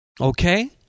Okay